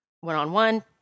one-on-one